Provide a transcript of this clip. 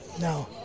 No